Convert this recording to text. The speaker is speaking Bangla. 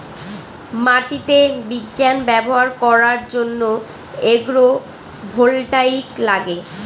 মাটিতে বিজ্ঞান ব্যবহার করার জন্য এগ্রো ভোল্টাইক লাগে